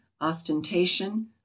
ostentation